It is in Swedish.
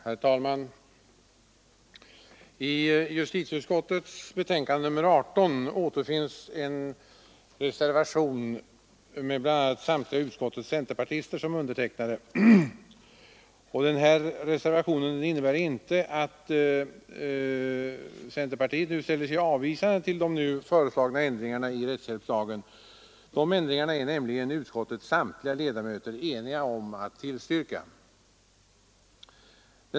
Herr talman! Vid justitieutskottets betänkande nr 18 finns fogad en reservation av bl.a, utskottets samtliga centerpartister. Reservationen innebär inte att centerpartiet ställer sig avvisande till de föreslagna ändringarna i rättshjälpslagen; de ändringarna är utskottets samtliga ledamöter eniga om att tillstyrka.